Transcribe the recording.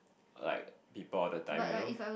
like people all the time you know